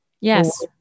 Yes